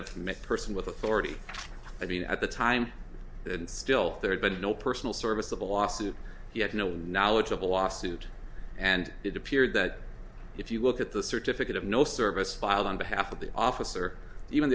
a person with authority i mean at the time and still there had been no personal service of a lawsuit he had no knowledge of a lawsuit and it appeared that if you look at the certificate of no service filed on behalf of the officer even